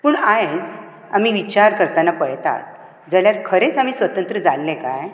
पूण आयज आमी विचार करतना पळयतात जाल्यार खरेंच आमी स्वतंत्र जाले काय